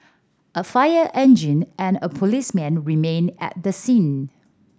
a fire engine and a policeman remained at the scene